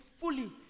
fully